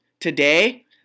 today